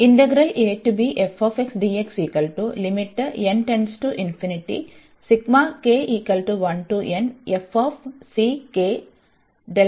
അതിനാൽ ഇന്റഗ്രൽ ⁡